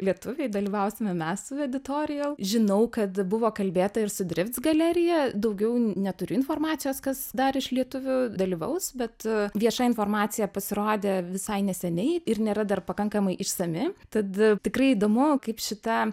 lietuviai dalyvausime mes su editorial žinau kad buvo kalbėta ir su drifts galerija daugiau neturiu informacijos kas dar iš lietuvių dalyvaus bet vieša informacija pasirodė visai neseniai ir nėra dar pakankamai išsami tad tikrai įdomu kaip šita